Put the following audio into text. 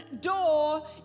door